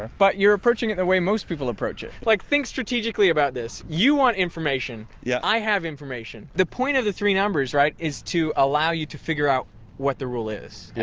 but you're approaching the way most people approach it. like think strategically about this. you want information. yeah i have information. the point of the three numbers, right, is to allow you to figure out what the rule is.